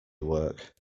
work